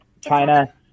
China